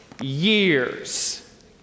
years